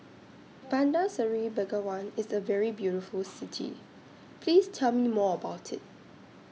Bandar Seri Begawan IS A very beautiful City Please Tell Me More about IT